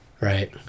right